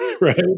right